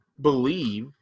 believe –